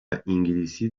انگلیسی